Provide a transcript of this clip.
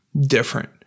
different